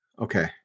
Okay